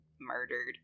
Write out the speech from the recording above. murdered